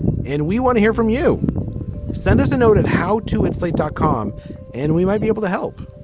and we want to hear from you send us a note of how to at slate dot com and we might be able to help.